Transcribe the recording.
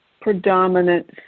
predominant